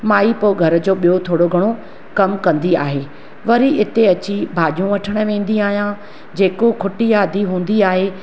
माईं पोइ घर जो ॿियो थोरो घणो कमु कंदी आहे वरी हिते अची भाॼियूं वठण वेंदी आहियां जेको खुटी आदि हूंदी आहे